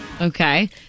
Okay